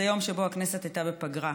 זה יום שבו הכנסת הייתה בפגרה.